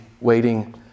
waiting